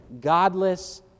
godless